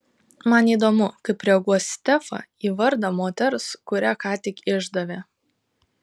man įdomu kaip reaguos stefa į vardą moters kurią ką tik išdavė